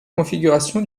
configuration